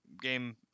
game